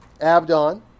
Abdon